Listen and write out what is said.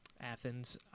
Athens